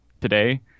today